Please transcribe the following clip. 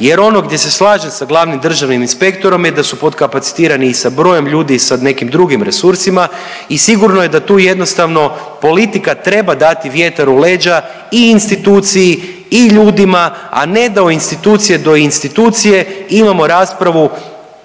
jer ono gdje se slažem sa glavnim državnim inspektorom je da su potkapacitirani i sa brojem ljudi i sa nekim drugim resursima i sigurno je da tu jednostavno politika treba dati vjetar u leđa i instituciji i ljudima, a ne da od institucije do institucije imamo raspravu